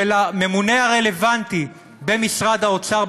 של הממונה הרלוונטי במשרד האוצר,